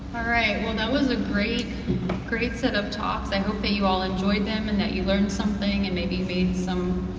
alright, well that was a great great set of talks, i and hope that you all enjoyed them and that you learned something and maybe made some